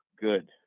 good